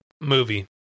movie